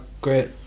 great